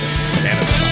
Canada